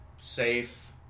safe